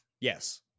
Yes